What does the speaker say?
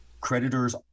creditors